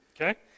Okay